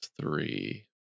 three